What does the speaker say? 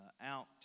out